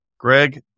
Greg